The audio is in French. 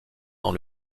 dans